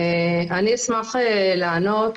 אני אשמח לענות,